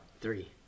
Three